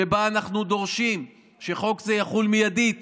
שבה אנחנו דורשים שחוק זה יחול מיידית